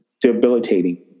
debilitating